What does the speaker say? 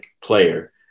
player